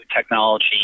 technology